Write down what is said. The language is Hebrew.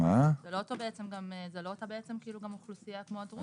אותה אוכלוסייה כמו הדרוזים.